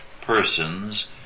persons